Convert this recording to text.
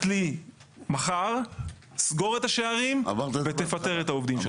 לי מחר תסגור את השערים ותפטר את העובדים שלך.